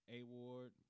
Award